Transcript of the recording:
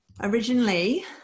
originally